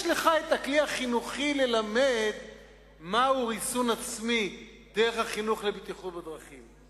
יש לך כלי חינוכי כדי ללמד מהו ריסון עצמי דרך החינוך לבטיחות בדרכים.